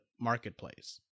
marketplace